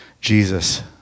Jesus